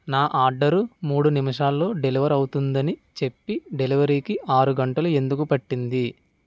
నా ఆర్డరు మూడు నిమిషాల్లో డెలివర్ అవుతుందని చెప్పి డెలివరీ కి ఆరు గంటలు ఎందుకు పట్టింది